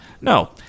No